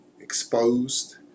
exposed